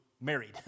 married